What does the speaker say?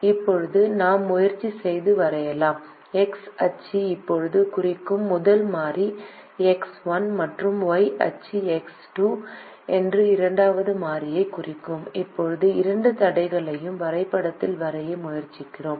இப்போது நாம் முயற்சி செய்து வரையலாம் எக்ஸ் அச்சு இப்போது குறிக்கும் முதல் மாறி எக்ஸ் 1 மற்றும் ஒய் அச்சு எக்ஸ் 2 என்ற இரண்டாவது மாறியைக் குறிக்கும் இப்போது இரண்டு தடைகளையும் வரைபடத்தில் வரைய முயற்சிக்கிறோம்